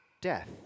death